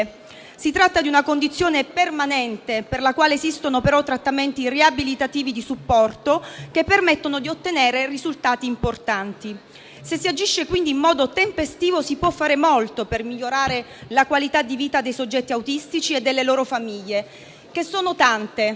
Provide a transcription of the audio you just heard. Si tratta di una condizione permanente per la quale esistono, però, trattamenti riabilitativi di supporto che permettono di ottenere risultati importanti. Se si agisce, quindi, in modo tempestivo si può fare molto per migliorare la qualità di vita dei soggetti autistici e delle loro famiglie, che sono tante.